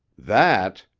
that,